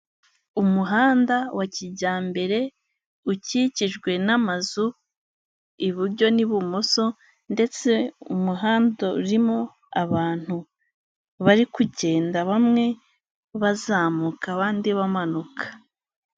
Umuhanda wa kijyambere ukikijwe n'amazu, iburyo n'ibumoso ndetse umuhanda urimo abantu. Bari kugenda bamwe bazamuka abandi bamanuka.